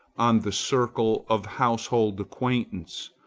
on the circle of household acquaintance,